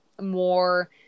more